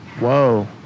Whoa